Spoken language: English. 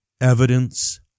Evidence